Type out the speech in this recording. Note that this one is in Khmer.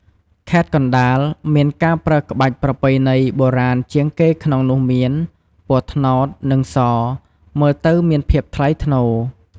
ខេត្តកណ្ដាល មានការប្រើក្បាច់ប្រពៃណីបុរាណជាងគេក្នុងនោះមាន ពណ៌ត្នោត និង ស មើលទៅមានភាពថ្លៃថ្នូរ។